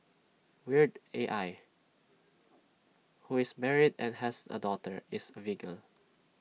weird A L who is married and has A daughter is A vegan